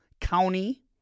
county